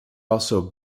also